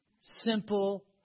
simple